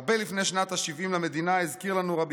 הרבה לפני שנת ה-70 למדינה הזכיר לנו ר'